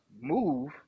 Move